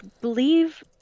believe